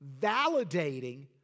validating